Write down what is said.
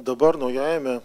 dabar naujajame